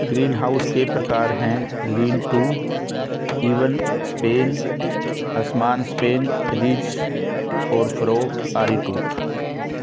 greenhouse के प्रकार है, लीन टू, इवन स्पेन, असमान स्पेन, रिज और फरो, आरीटूथ